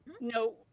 no